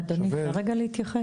אדוני, אפשר להתייחס?